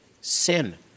sin